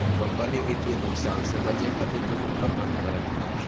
company वित्तीय नुकसान से बचे खातिर जोखिम प्रबंधन करतिया